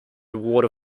water